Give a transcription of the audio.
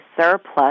surplus